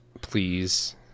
Please